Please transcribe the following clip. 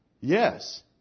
Yes